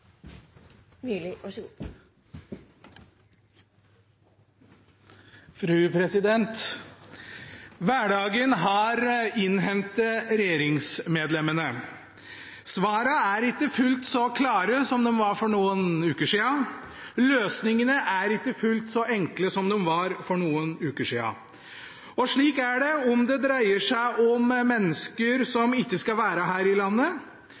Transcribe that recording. ikke fullt så klare som de var for noen uker siden. Løsningene er ikke fullt så enkle som de var for noen uker siden. Og slik er det om det dreier seg om mennesker som ikke skal være her i landet,